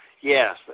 Yes